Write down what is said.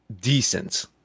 decent